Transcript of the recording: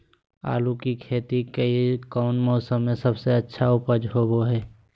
आलू की खेती कौन मौसम में सबसे अच्छा उपज होबो हय?